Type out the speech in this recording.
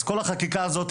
אז כל החקיקה הזאת,